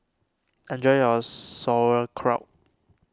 enjoy your Sauerkraut